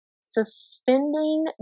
suspending